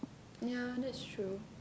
ya that's true